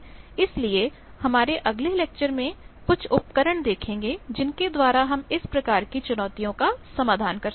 इसलिए हमारे अगले लेक्चर में कुछ उपकरण देखेंगे जिनके द्वारा हम इस प्रकार की चुनौतियों का समाधान कर सकते हैं